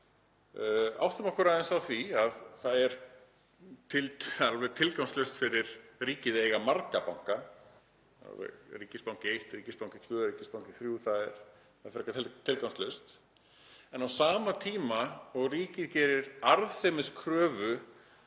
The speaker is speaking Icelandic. Áttum okkur aðeins á því að það er alveg tilgangslaust fyrir ríkið að eiga marga banka, ríkisbanka eitt, ríkisbanka tvö, ríkisbanka þrjú, það er frekar tilgangslaust. En á sama tíma og ríkið gerir arðsemiskröfu